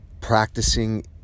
practicing